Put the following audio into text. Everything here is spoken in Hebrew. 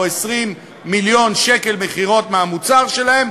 ל-20 מיליון שקלים מכירות מהמוצר שלהם,